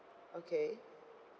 okay